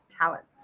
talent